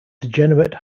degenerate